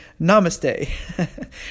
Namaste